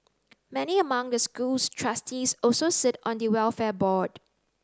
many among the school's trustees also sit on the welfare board